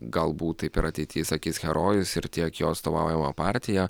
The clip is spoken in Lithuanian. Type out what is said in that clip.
galbūt taip ir ateity sakys herojus ir tiek jo atstovaujama partija